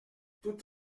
tout